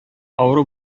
авыру